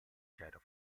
genova